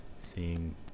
seeing